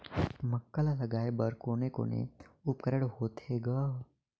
मक्का ला लगाय बर कोने कोने उपकरण होथे ग?